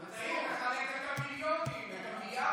הוא צריך לחלק את המיליונים, את המיליארדים.